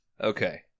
Okay